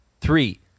three